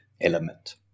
element